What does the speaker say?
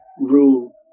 rule